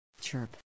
Chirp